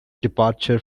departure